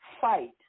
fight